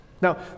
Now